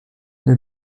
les